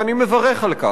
ואני מברך על כך.